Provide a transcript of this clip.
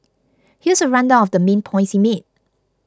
here's a rundown of the main points he made